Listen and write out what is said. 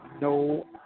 no